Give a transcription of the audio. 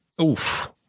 Oof